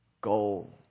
goal